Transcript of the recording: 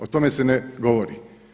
O tome se ne govori.